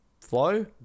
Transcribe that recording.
Flow